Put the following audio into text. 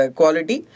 quality